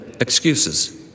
excuses